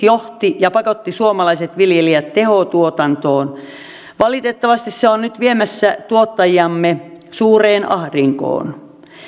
johti ja pakotti suomalaiset viljelijät tehotuotantoon valitettavasti se on nyt viemässä tuottajiamme suureen ahdinkoon